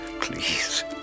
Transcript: please